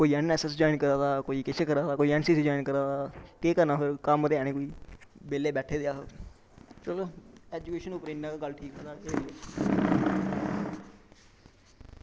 कोई N S S join करा दा कोई किश करा दा कोई ऐन सी सी करा दा केह् करना कम्म ते है नी कोई बेल्ले बैट्ठे दे अस चलो ऐजुकेशन उप्पर इन्ना गै गल्ल ठीक होंदा ते